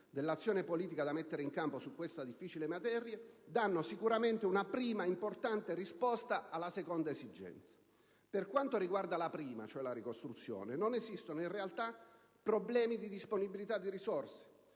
dell'azione politica da mettere in campo su questa difficile materia - danno sicuramente una prima importante risposta alla seconda esigenza. Per quanto riguarda la prima, la ricostruzione, cioè, non esistono, in realtà, problemi di disponibilità di risorse.